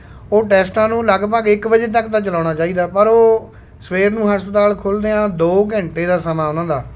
ਉਹ ਟੈਸਟਾਂ ਨੂੰ ਲਗਭਗ ਇੱਕ ਵਜੇ ਤੱਕ ਤਾਂ ਚਲਾਉਣਾ ਚਾਹੀਦਾ ਪਰ ਉਹ ਸਵੇਰ ਨੂੰ ਹਸਪਤਾਲ ਖੁਲ੍ਹਦਿਆਂ ਦੋ ਘੰਟੇ ਦਾ ਸਮਾਂ ਉਹਨਾਂ ਦਾ